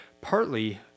Partly